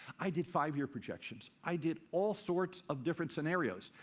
i did five-year projections. i did all sorts of different scenarios.